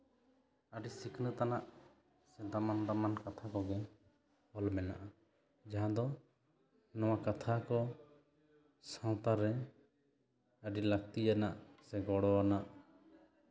ᱟᱹᱰᱤ ᱥᱤᱠᱷᱱᱟᱹᱛ ᱟᱱᱟᱜ ᱥᱮ ᱫᱟᱢᱟᱱ ᱫᱟᱢᱟᱱ ᱠᱟᱛᱷᱟ ᱠᱚᱜᱮ ᱚᱞ ᱢᱮᱱᱟᱜᱼᱟ ᱡᱟᱦᱟᱸ ᱫᱚ ᱱᱚᱣᱟ ᱠᱟᱛᱷᱟ ᱠᱚ ᱥᱟᱶᱛᱟ ᱨᱮ ᱟᱹᱰᱤ ᱞᱟᱹᱠᱛᱤᱭᱟᱱᱟᱜ ᱥᱮ ᱜᱚᱲᱚ ᱟᱱᱟᱜ